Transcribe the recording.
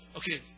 okay